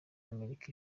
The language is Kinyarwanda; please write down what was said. amerika